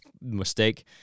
mistake